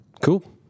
Cool